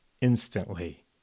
instantly